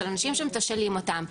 של אנשים שמתשאלים אותם.